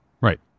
Right